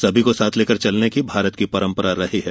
सभी को साथ लेकर चलने की भारत की परम्परा रही है